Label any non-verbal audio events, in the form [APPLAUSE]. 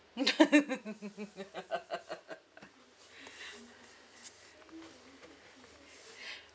[LAUGHS]